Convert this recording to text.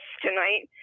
tonight